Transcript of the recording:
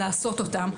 אז לעשות אותן,